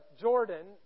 Jordan